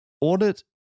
audit